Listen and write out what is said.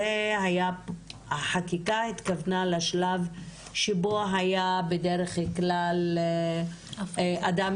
החקיקה התכוונה לשלב שבו היה בדרך כלל אדם